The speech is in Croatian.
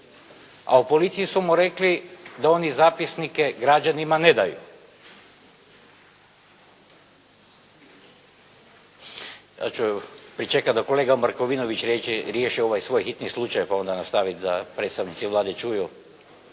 A u policiji su mu rekli, da oni zapisnike građanima ne daju. Ja ću pričekati dok kolega Markovinović riješi ovaj svoj hitni slučaj, pa onda nastaviti da predstavnici Vlade čuju.